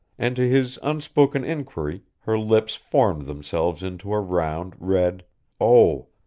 and to his unspoken inquiry her lips formed themselves into a round, red o,